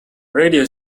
radio